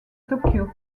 tokyo